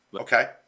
Okay